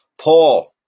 Paul